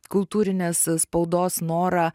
kultūrinės spaudos norą